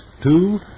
Two